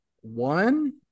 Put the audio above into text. one